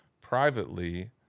Privately